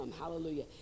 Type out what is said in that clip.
Hallelujah